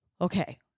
Okay